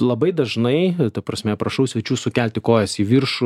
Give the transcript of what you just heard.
labai dažnai ta prasme prašau svečių sukelti kojas į viršų